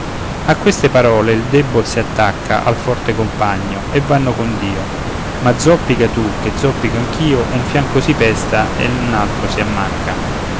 a queste parole il debol si attacca al forte compagno e vanno con dio ma zoppica tu che zoppico anch'io un fianco si pesta un altro si ammacca